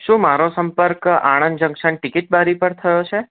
શુ મારો સંપર્ક આણંદ જંકશન ટિકિટ બારી પર થયો છે